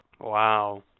Wow